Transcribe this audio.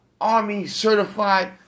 army-certified